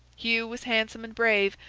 hugh was handsome and brave,